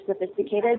sophisticated